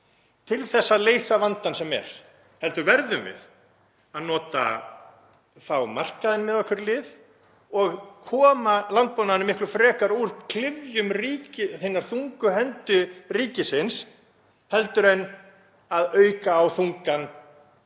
til að leysa vandann sem er, heldur verðum við að fá markaðinn með okkur í lið og koma landbúnaðinum miklu frekar úr klyfjum hinnar þungu hendi ríkisins, frekar en að auka á þungann